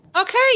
Okay